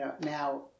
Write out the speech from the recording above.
Now